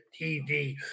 TV